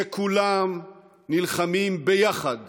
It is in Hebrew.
שכולם נלחמים ביחד